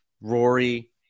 Rory